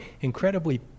incredibly